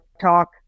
talk